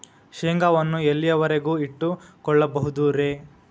ಶೇಂಗಾವನ್ನು ಎಲ್ಲಿಯವರೆಗೂ ಇಟ್ಟು ಕೊಳ್ಳಬಹುದು ರೇ?